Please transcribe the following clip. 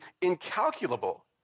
incalculable